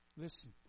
listen